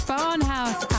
Barnhouse